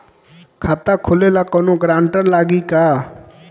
खाता खोले ला कौनो ग्रांटर लागी का?